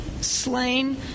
slain